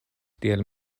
tiel